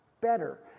better